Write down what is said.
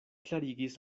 klarigis